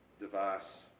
device